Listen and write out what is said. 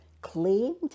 claimed